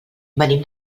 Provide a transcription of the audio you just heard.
venim